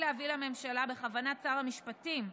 בכוונת שר המשפטים,